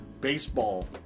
baseball